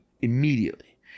Immediately